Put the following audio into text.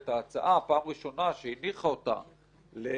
את ההצעה פעם ראשונה שהיא הניחה אותה להפללה,